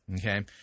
Okay